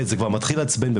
זה כבר מתחיל לעצבן.